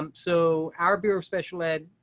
um so our bureau special ed.